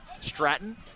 Stratton